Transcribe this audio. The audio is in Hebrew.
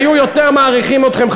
היו יותר מעריכים אתכם,